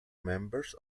members